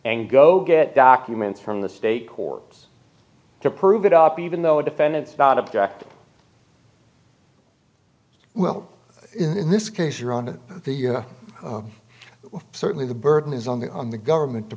and go get documents from the state courts to prove it up even though defendants not object well in this case you're on the you know certainly the burden is on the on the government to